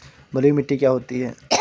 बलुइ मिट्टी क्या होती हैं?